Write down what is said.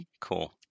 cool